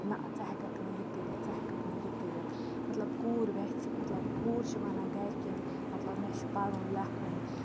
نہ ژٕ ہٮ۪کَکھ نہٕ یہِ کٔرِتھ ژٕ ہٮ۪کَکھ نہٕ یہِ کٔرِتھ مطلب کوٗر وٮ۪ژھِ مطلب کوٗر چھِ وَنان گَرِکٮ۪ن مطلب مےٚ چھِ پَرُن لیکھُن